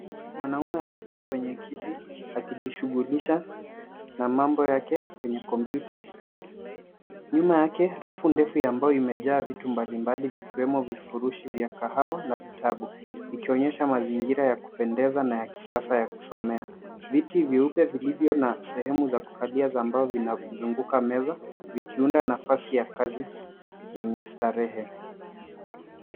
Mwanaume amekaa kwenye kiti akijishughulisha na mambo yake kwenye kompyuta. Nyuma yake rafu ndefu ya mbao imejaa vitu mbalimbali vikiwemo vifurushi vya kahawa na vitabu vikionyesha mazingira ya kupendeza na ya kisasa ya kusomea. Viti vyeupe vilivyo na sehemu ya kukalia ya mbao vinazunguka meza vikiunda nafasi ya kazi yenye starehe.